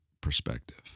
perspective